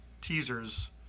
teasers